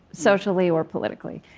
socially or politically,